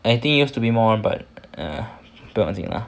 I think use to be more but err 不用紧 lah